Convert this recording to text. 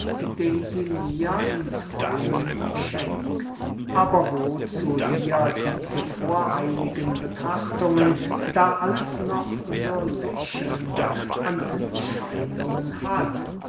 den sie mir in träumen schenkt aber wozu hier diese voreiligen betrachtungen da alles noch so lächelnde anscheinungen hat